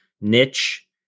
niche